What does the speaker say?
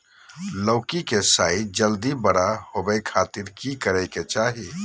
लौकी के साइज जल्दी बड़ा होबे खातिर की करे के चाही?